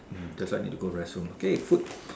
that's why I really need to go restroom okay food